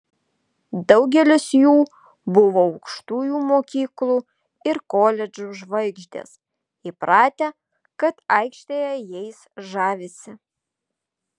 daugelis jų buvo aukštųjų mokyklų ir koledžų žvaigždės įpratę kad aikštėje jais žavisi